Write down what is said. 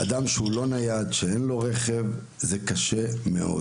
אדם שהוא לא נייד, שאין לו רכב, זה קשה מאוד.